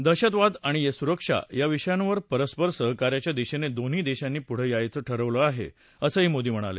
दहशतवाद आणि सुरक्षा या विषयांवर परस्पर सहकार्याच्या दिशेने दोन्ही देशांनी पुढ जायचं ठरवलं आहे असंही मोदी म्हणाले